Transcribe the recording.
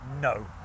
No